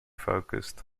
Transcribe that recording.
focussed